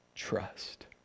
trust